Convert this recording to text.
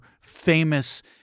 famous